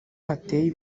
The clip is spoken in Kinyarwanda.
hateye